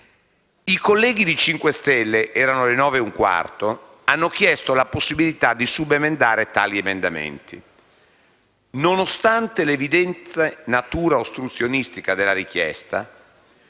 I colleghi del Movimento 5 Stelle, alle ore 9,15, hanno chiesto la possibilità di subemendare tali emendamenti. Nonostante l'evidente natura ostruzionistica della richiesta,